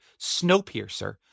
Snowpiercer